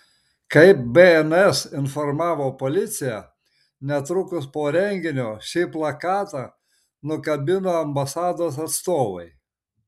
kaip bns informavo policija netrukus po renginio šį plakatą nukabino ambasados atstovai